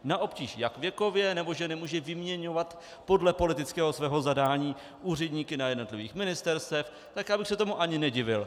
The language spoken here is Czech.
Na obtíž jak věkově, nebo že nemůže vyměňovat podle svého politického zadání úředníky na jednotlivých ministerstvech, tak já bych se tomu ani nedivil.